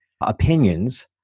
opinions